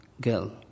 girl